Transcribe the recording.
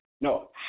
No